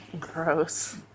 Gross